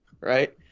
right